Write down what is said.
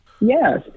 Yes